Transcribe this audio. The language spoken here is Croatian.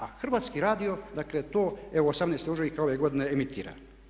A Hrvatski radio, dakle to evo 18. ožujka ove godine emitira.